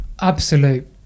Absolute